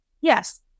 Yes